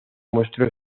mostró